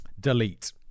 delete